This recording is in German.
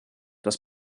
das